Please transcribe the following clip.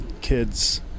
kid's